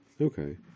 Okay